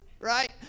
Right